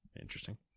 Interesting